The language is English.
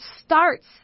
starts